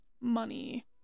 money